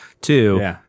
two